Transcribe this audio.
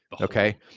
Okay